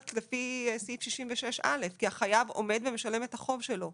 לפי סעיף 66א' כי החייב עומד ומשלם את החוב שלו.